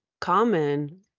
common